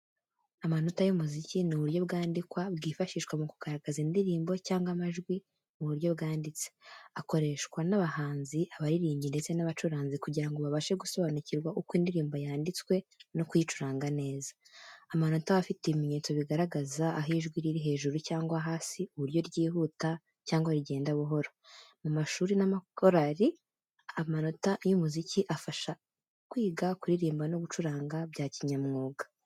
Amanota y’umuziki ni uburyo bwandikwa bwifashishwa mu kugaragaza indirimbo cyangwa amajwi mu buryo bwanditse. Akoreshwa n’abahanzi, abaririmbyi ndetse n’abacuranzi kugira ngo babashe gusobanukirwa uko indirimbo yanditswe no kuyicuranga neza. Amanota aba afite ibimenyetso bigaragaza aho ijwi riri hejuru cyangwa hasi, uburyo ryihuta cyangwa rigenda buhoro. Mu mashuri n’amakorari, amanota y’umuziki afasha kwiga kuririmba no gucuranga bya kinyamwuga.